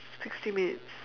sixty minutes